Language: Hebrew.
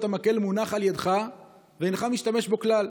המקל מונח על ידך ואינך משתמש בו כלל.